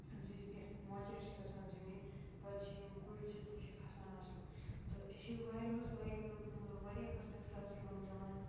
اَمہِ سۭتۍ یَتھ مۄچَر چھِ گژھان زٔمیٖن پَتہٕ چھِ یِم کُلۍ چھِ تِم چھِ کھَسان اَصٕل تہٕ أسۍ چھِ وارِ منٛز واریاہ واریاہ قٕسمٕکۍ سبزی وۄپداوان